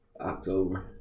October